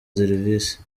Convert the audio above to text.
serivisi